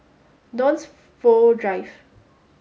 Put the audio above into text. Dunsfold Drive